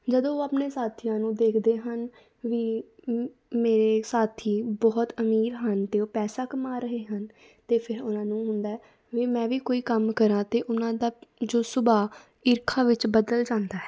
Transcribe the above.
ਜਦੋਂ ਉਹ ਆਪਣੇ ਸਾਥੀਆਂ ਨੂੰ ਦੇਖਦੇ ਹਨ ਵੀ ਮੇਰੇ ਸਾਥੀ ਬਹੁਤ ਅਮੀਰ ਹਨ ਅਤੇ ਉਹ ਪੈਸਾ ਕਮਾ ਰਹੇ ਹਨ ਅਤੇ ਫਿਰ ਉਹਨਾਂ ਨੂੰ ਹੁੰਦਾ ਵੀ ਮੈਂ ਵੀ ਕੋਈ ਕੰਮ ਕਰਾਂ ਅਤੇ ਉਹਨਾਂ ਦਾ ਜੋ ਸੁਭਾਅ ਈਰਖਾ ਵਿੱਚ ਬਦਲ ਜਾਂਦਾ ਹੈ